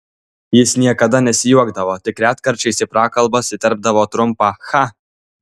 jis niekada nesijuokdavo tik retkarčiais į prakalbas įterpdavo trumpą cha